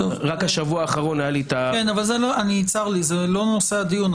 צר לי, זה לא נושא הדיון.